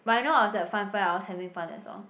but I know I was at funfair I was having fun that's all